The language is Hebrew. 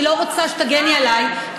אני לא רוצה שתגני עליי,